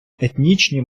етнічні